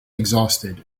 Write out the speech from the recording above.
exhausted